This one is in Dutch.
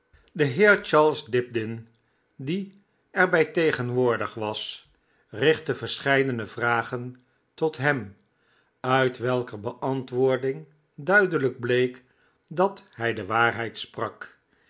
de heer charles dibdin die er bij tegenwoordig was richtte verscheidene vragen tot hem uit welker beantwoording duidelijk week dat hij de waarheid sprak